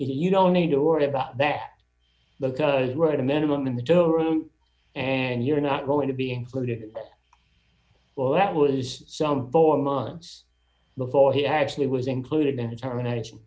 you don't need to worry about that because right a minimum in the dole room and you're not going to be included well that was some four months before he actually was included in the terminat